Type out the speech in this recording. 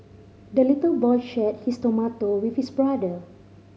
the little boy shared his tomato with his brother